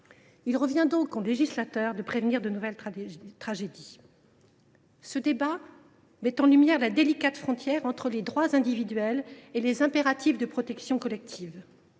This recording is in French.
Il revient au législateur de prévenir de nouvelles tragédies. Ce débat met en lumière la délicate frontière entre les droits individuels et les impératifs de protection collective.